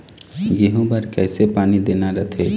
गेहूं बर कइसे पानी देना रथे?